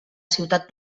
ciutat